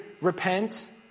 repent